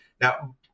Now